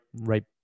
right